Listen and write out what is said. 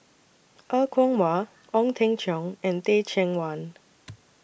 Er Kwong Wah Ong Teng Cheong and Teh Cheang Wan